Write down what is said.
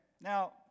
Now